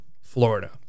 Florida